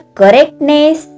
correctness